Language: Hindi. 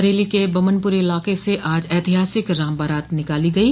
बरेलो के बमनपुरी इलाके से आज ऐतिहासिक राम बारात निकाली गयी